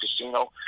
Casino